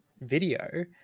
video